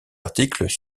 articles